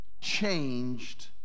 changed